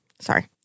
Sorry